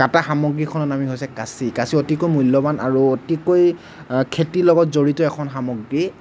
কটা সামগ্ৰীখনৰ নামেই হৈছে কাঁচি কাঁচি অতিকৈ মূল্যৱান আৰু অতিকৈ খেতিৰ লগত জড়িত এখন সামগ্ৰী